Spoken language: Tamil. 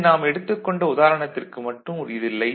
இது நாம் எடுத்துக்கொண்ட உதாரணத்திற்கு மட்டும் உரியது இல்லை